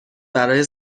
برای